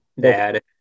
dad